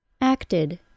Acted